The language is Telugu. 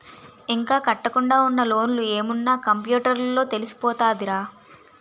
ఇంకా కట్టకుండా ఉన్న లోన్లు ఏమున్న కంప్యూటర్ లో తెలిసిపోతదిరా